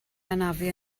hanafu